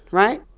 right?